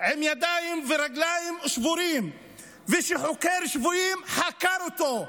עם ידיים ורגליים שבורות וחוקר שבויים חקר אותו,